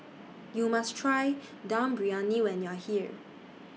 YOU must Try Dum Briyani when YOU Are here